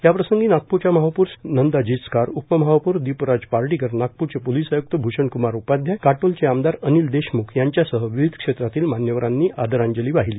याप्रसंगी नागपूरच्या महापौर श्रीमती नंदा जिचकार उपमहापौर दीपराज पार्डीकर नागपूरचे पोलीस आयुक्त भुषणकुमार उपाध्याय काटोलचे आमदार अनिल देशमुख यांच्यासह विविध क्षेत्रातील मान्यवरांनी आदरांजली वाहिली